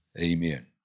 Amen